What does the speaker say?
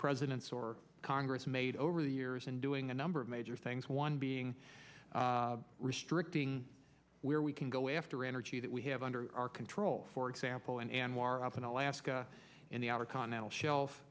presidents or congress made over the years in doing a number of major things one being restricting where we can go after energy that we have under our control for example in anwar up in alaska in the outer continental shel